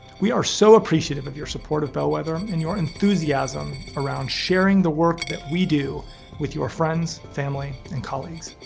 we are so appreciative of your support of bellwether and your enthusiasm around sharing the work that we do with your friends, family, and colleagues.